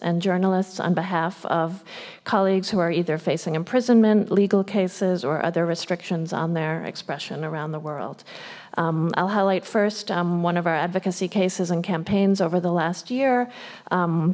and journalists on behalf of colleagues who are either facing imprisonment legal cases or other restrictions on their expression around the world i'll highlight first one of our advocacy cases and campaigns over the last year